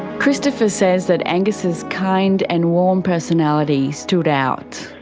christopher says that angus's kind and warm personality stood out.